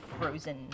frozen